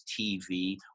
TV